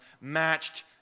matched